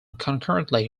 concurrently